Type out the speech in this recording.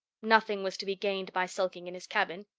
nothing was to be gained by sulking in his cabin,